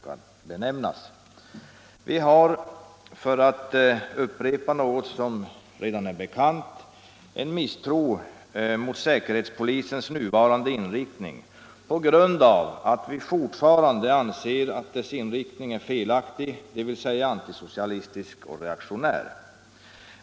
Vi har — för att upprepa något som redan är bekant — en misstro mot säkerhetspolisens nuvarande inriktning på grund av att vi fortfarande anser att dess inriktning är felaktig, dvs. antisocialistisk och reaktionär.